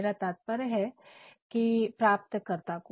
मेरा तात्पर्य है प्राप्तकर्ता को